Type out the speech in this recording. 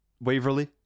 waverly